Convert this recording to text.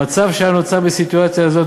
המצב שהיה נוצר בסיטואציה הזאת,